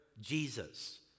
Jesus